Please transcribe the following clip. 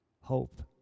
hope